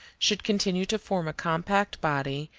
should continue to form a compact body,